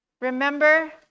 Remember